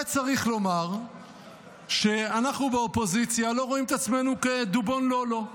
וצריך לומר שאנחנו באופוזיציה לא רואים את עצמנו כדובון לא-לא.